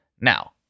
now